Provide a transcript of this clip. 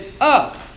up